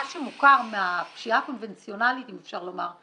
מה שמוכר מ"הפשיעה הקונבנציונלית", אם אפשר לומר,